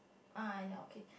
uh ya okay